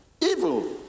evil